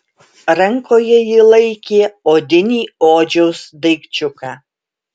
rankoje ji laikė odinį odžiaus daikčiuką